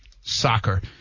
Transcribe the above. soccer